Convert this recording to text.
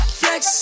flex